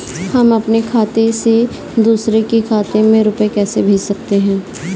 हम अपने खाते से दूसरे के खाते में रुपये कैसे भेज सकते हैं?